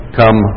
come